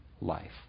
life